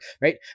right